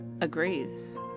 agrees